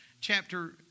chapter